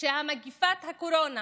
שמגפת הקורונה